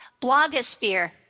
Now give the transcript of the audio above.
blogosphere